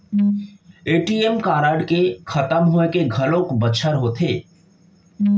ATM card के खतम होए के घलोक बछर होथे